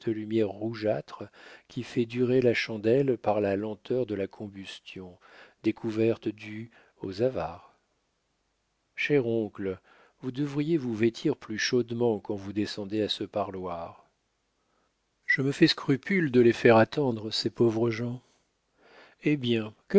lumière rougeâtre qui fait durer la chandelle par la lenteur de la combustion découverte due aux avares cher oncle vous devriez vous vêtir plus chaudement quand vous descendez à ce parloir je me fais scrupule de les faire attendre ces pauvres gens eh bien que